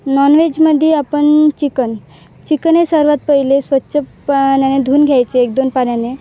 नॉनवेजमध्ये आपण chicken chicken हे सर्वात पहिले स्वच्छ पाण्याने धुऊन घ्यायचे एक दोन पाण्याने